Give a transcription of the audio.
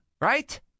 right